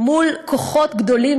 מול כוחות גדולים,